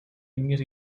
línies